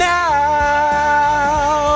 now